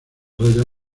raya